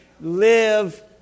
live